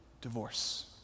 divorce